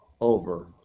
over